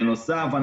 בנוסף,